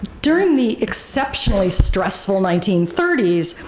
during the exceptionally stressful nineteen thirty s,